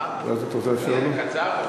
זה יהיה קצר?